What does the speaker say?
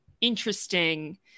interesting